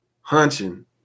hunching